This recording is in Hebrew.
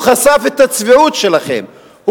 הוא חשף את הצביעות שלכם,